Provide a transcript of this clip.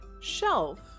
shelf